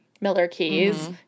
Miller-Keys